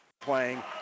playing